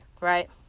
right